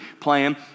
plan